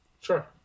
Sure